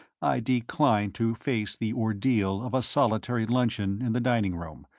i declined to face the ordeal of a solitary luncheon in the dining room,